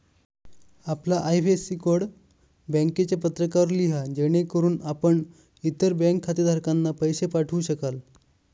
आपला IFSC code बँकेच्या पत्रकावर लिहा जेणेकरून आपण इतर बँक खातेधारकांना पैसे पाठवू शकाल